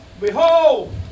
Behold